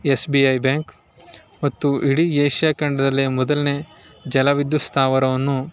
S B I bank ಮತ್ತು ಇಡೀ Asia ಕಂಡದಲ್ಲೇ ಮೊದಲನೇ ಜಲ ವಿದ್ಯುತ್ ಸ್ಥಾವರವನ್ನು